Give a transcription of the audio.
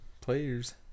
players